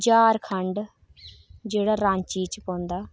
झारखंड जेह्ड़ा रांची च पौंदा